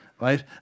right